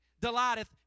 delighteth